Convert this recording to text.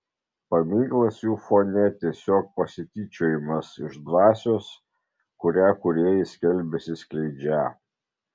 paminklas jų fone tiesiog pasityčiojimas iš dvasios kurią kūrėjai skelbiasi skleidžią